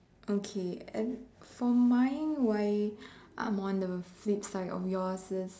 okay and for mine why I'm on the flip side of yours that's